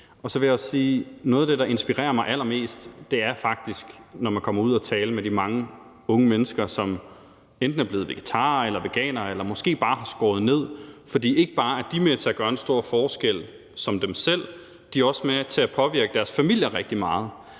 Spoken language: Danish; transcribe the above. noget af det, der inspirerer mig allermest, faktisk er, når man kommer ud og taler med de mange unge mennesker, som enten er blevet vegetarer eller veganere eller måske bare har skåret ned, for ikke bare er de med til at gøre en stor forskel selv, de er også med til at påvirke deres familier rigtig meget.